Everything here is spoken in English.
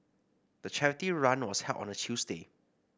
the charity run was held on a Tuesday